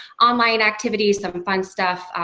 online activity, some of fun stuff,